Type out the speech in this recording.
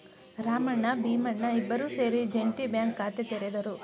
ರಾಮಣ್ಣ ಭೀಮಣ್ಣ ಇಬ್ಬರೂ ಸೇರಿ joint bank ಖಾತೆ ತೆರೆದರು